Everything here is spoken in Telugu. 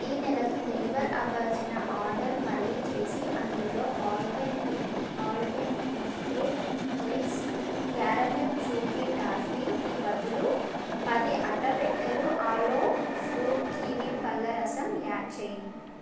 ఈ నెలకి డెలివర్ అవ్వాల్సిన ఆర్డర్ మళ్ళీ చేసి అందులో Alpenliebe Alpenliebe eclairs caramel chewy టాఫీకి బదులు పది అట్టపెట్టెలు ఆలో ఫ్రూట్ కివీ పళ్ళ రసం యాడ్ చేయి